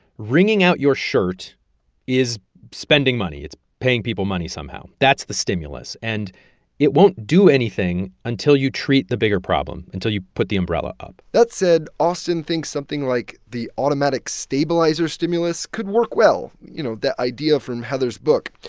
wringing out your shirt is spending money. it's paying people money somehow. that's the stimulus. and it won't do anything until you treat the bigger problem until you put the umbrella up that said, austan thinks something like the automatic stabilizer stimulus could work well you know, that idea from heather's book.